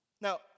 Now